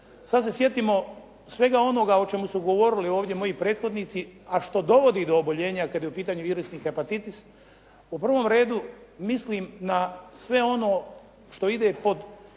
Sad se sjetimo svega onoga o čemu su govorili ovdje moji prethodnici a što dovodi do oboljenja kad je u pitanju virusnu hepatitis u prvom redu mislim na sve ono što ide pod